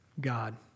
God